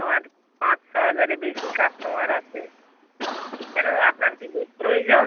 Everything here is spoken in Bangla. আমার পাঁচ ছ হাজারে বেশি কাস্টমার আছে কেন আপনার কি দুধ প্রয়োজন